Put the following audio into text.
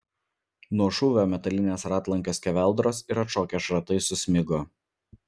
nuo šūvio metalinės ratlankio skeveldros ir atšokę šratai susmigo